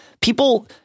people